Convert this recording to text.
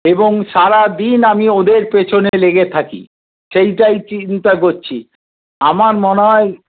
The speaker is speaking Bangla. এবং সারাদিন আমি ওদের পিছনে লেগে থাকি সেইটাই চিন্তা করছি আমার মনে হয়